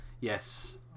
Yes